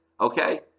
Okay